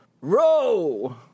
Row